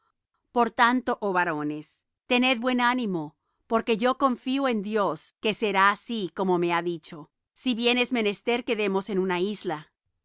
por tanto oh varones tened buen ánimo porque yo confío en dios que será así como me ha dicho si bien es menester que demos en una isla